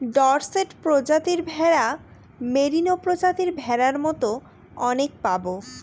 Dorset প্রজাতির ভেড়া, merino প্রজাতির ভেড়ার মতো অনেক পাবো